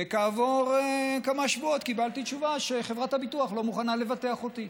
וכעבור כמה שבועות קיבלתי תשובה שחברת הביטוח לא מוכנה לבטח אותי,